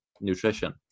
nutrition